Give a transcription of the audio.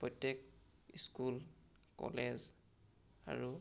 প্ৰত্যেক school college আৰু